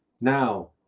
Now